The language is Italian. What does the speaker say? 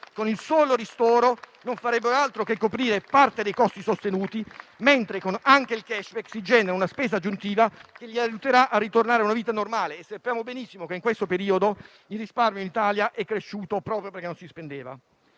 con il solo ristoro, non farebbero altro che coprire parte dei costi sostenuti, mentre con anche il *cashback* si genera una spesa aggiuntiva che li aiuterà a ritornare a una vita normale. E sappiamo benissimo che, in questo periodo, il risparmio in Italia è cresciuto proprio perché non si spendeva.